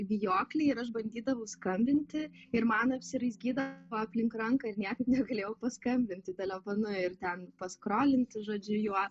vijokliai ir aš bandydavau skambinti ir man apsiraizgydavo aplink ranką ir niekaip negalėjau paskambinti telefonu ir ten paskrolinti žodžiu juo